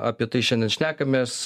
apie tai šiandien šnekamės